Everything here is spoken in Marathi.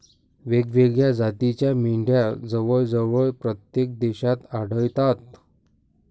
वेगवेगळ्या जातीच्या मेंढ्या जवळजवळ प्रत्येक देशात आढळतात